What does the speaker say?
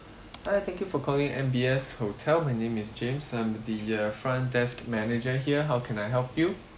hi thank you for calling M_B_S hotel my name is james I'm the uh front desk manager here how can I help you